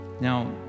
now